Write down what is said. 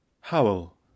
Howell